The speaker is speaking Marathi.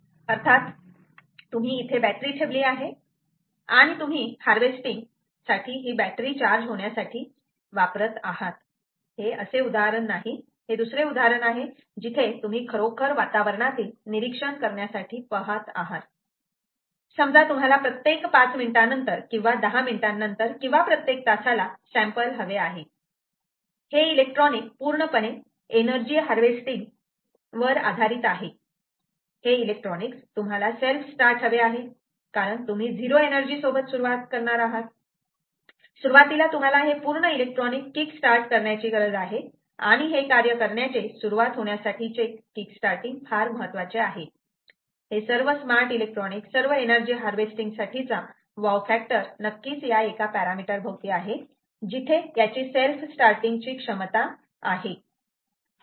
अर्थात तुम्ही इथे बॅटरी ठेवली आहे आणि तुम्ही हार्वेस्टिंग ही बॅटरी चार्ज होण्यासाठी वापरत आहात हे असे उदाहरण नाही हे दुसरे उदाहरण आहे जिथे तुम्ही खरोखर वातावरणातील निरीक्षण करण्यासाठी पहात आहात समजा तुम्हाला प्रत्येक 5 मिनिटानंतर किंवा 10 मिनिटानंतर किंवा प्रत्येक तासाला सॅम्पल हवे आहे हे इलेक्ट्रॉनिक पूर्णपणे एनर्जी हार्वेस्टिंग वर आधारित आहे हे इलेक्ट्रॉनिक तुम्हाला सेल्फ स्टार्ट हवे आहे कारण तुम्ही '0' एनर्जी सोबत सुरुवात करणार आहात सुरुवातीला तुम्हाला हे पूर्ण इलेक्ट्रॉनिक किक स्टार्ट करण्याची गरज आहे आणि हे कार्य करण्याचे सुरुवात होण्यासाठी किक स्टार्टिंग फार महत्वाचे आहे हे सर्व स्मार्ट इलेक्ट्रॉनिक सर्व एनर्जी हार्वेस्टिंग साठीचा वॊव फॅक्टर नक्कीच या एका पॅरामीटर भोवती आहे जिथे याची सेल्फ स्टार्टिंग ची क्षमता आहे